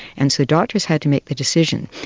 and so doctors had to make the decisions.